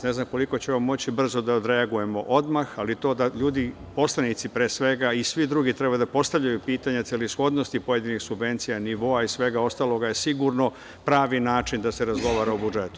Ne znam koliko ćemo moći brzo da odreagujemo odmah, ali to da ljudi, poslanici pre svega, a i svi drugi treba da postavljaju pitanja celishodnosti pojedinih subvencija, nivoa i svega ostaloga, je sigurno pravi način da se razgovara o budžetu.